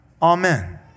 Amen